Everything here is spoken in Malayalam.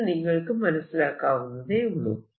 ഇത് നിങ്ങൾക്ക് മനസ്സിലാക്കാവുന്നതേയുള്ളൂ